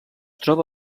troba